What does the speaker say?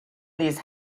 these